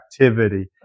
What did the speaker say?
activity